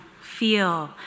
feel